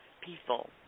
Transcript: people